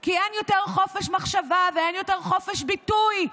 כי אין יותר חופש מחשבה ואין יותר חופש ביטוי,